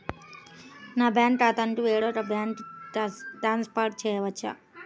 నా బ్యాంక్ ఖాతాని వేరొక బ్యాంక్కి ట్రాన్స్ఫర్ చేయొచ్చా?